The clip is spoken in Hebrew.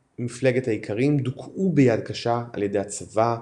מפלגת האיכרים דוכאו ביד קשה על ידי הצבא והמשטרה.